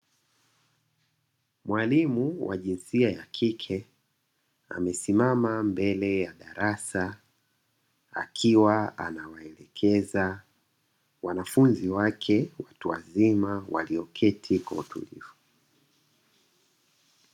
Mwalimu wa jinsia ya kike amesimama mbele ya darasa, akiwa anawaelekeza wanafunzi wake watu wazima, walioketi kwa utulivu.